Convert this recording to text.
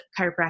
chiropractic